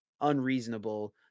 unreasonable